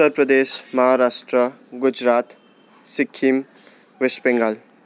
Uttar Pradesh Maharashtra Gujarat Sikkim West Bengal